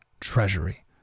treasury